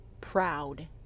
proud